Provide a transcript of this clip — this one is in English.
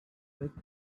pitt